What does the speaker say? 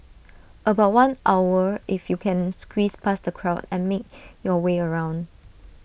about one hour if you can squeeze past the crowd and make your way around